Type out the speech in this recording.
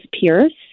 Pierce